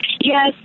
Yes